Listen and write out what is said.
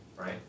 right